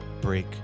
break